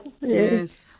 Yes